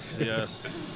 yes